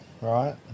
right